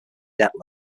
debt